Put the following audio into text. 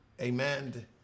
Amen